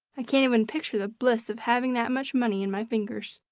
i can't even picture the bliss of having that much money in my fingers,